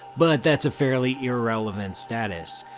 but that's a fairly irrelevant status.